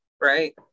Right